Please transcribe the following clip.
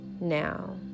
now